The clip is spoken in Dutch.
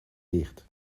dicht